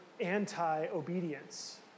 anti-obedience